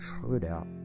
Schröder